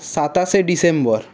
সাতাশে ডিসেম্বর